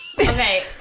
okay